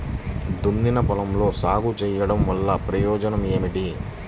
దున్నిన పొలంలో సాగు చేయడం వల్ల ప్రయోజనం ఏమిటి?